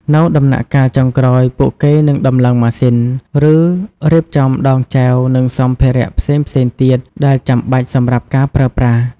នៅដំណាក់កាលចុងក្រោយ ពួកគេនឹងដំឡើងម៉ាស៊ីន ឬរៀបចំដងចែវនិងសម្ភារៈផ្សេងៗទៀតដែលចាំបាច់សម្រាប់ការប្រើប្រាស់។